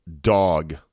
dog